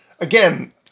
again